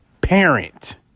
Parent